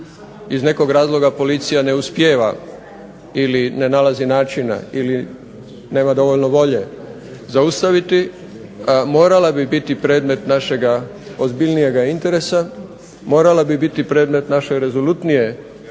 iz nekog razloga policija ne uspijeva ili ne nalazi načina ili nema dovoljno volje zaustaviti, morala bi biti predmet našeg ozbiljnijeg interesa, morala bi biti predmete naše rezolutnije